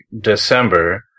December